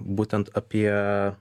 būtent apie